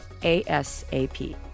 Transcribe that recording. ASAP